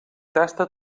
tasta